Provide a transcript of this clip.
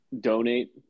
donate